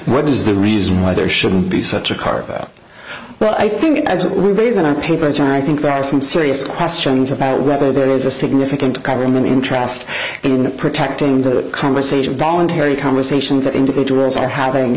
what is the reason why there shouldn't be such a carve out but i think as a reason our papers are i think there are some serious questions about whether there is a significant government interest in protecting the conversation voluntary conversations that individuals are having